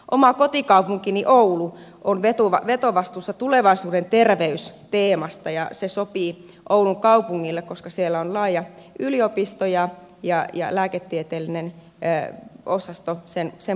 oma kotikaupunkini oulu on vetovastuussa tulevaisuuden terveys teemasta ja se sopii oulun kaupungille koska siellä on laaja yliopisto ja lääketieteellinen osasto sen puitteissa